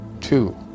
two